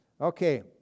Okay